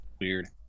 weird